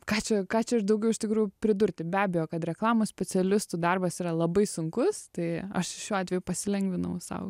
ką čia ką čia ir daugiau iš tikrųjų pridurti be abejo kad reklamos specialistų darbas yra labai sunkus tai aš šiuo atveju pasilengvinau sau